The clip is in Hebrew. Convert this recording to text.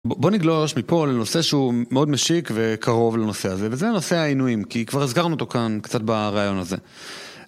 בוא נגלוש מפה, לנושא שהוא מאוד משיק וקרוב לנושא הזה, וזה נושא העינויים, כי כבר הזכרנו אותו כאן, קצת ברעיון הזה.